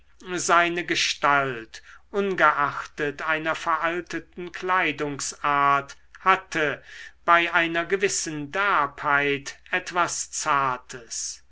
seine gestalt ungeachtet einer veralteten kleidungsart hatte bei einer gewissen derbheit etwas zartes